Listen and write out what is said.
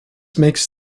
makes